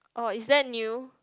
oh is that new